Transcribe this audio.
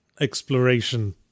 exploration